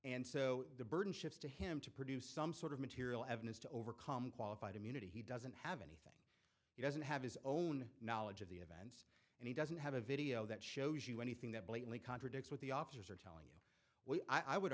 and so the burden shifts to him to produce some sort of material evidence to overcome qualified immunity he doesn't have anything he doesn't have his own knowledge of the event and he doesn't have a video that shows you anything that blatantly contradicts what the officers are tell